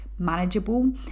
manageable